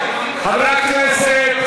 חברי הכנסת,